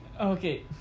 Okay